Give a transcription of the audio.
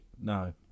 No